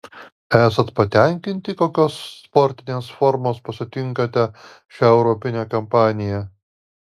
esat patenkinti kokios sportinės formos pasitinkate šią europinę kampaniją